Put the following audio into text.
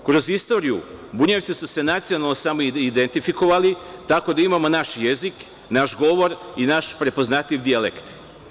Kroz istoriju, bunjevci su se nacionalno samoidentifikovali, tako da imamo naš jezik, naš govor i naš prepoznatljiv dijalekt.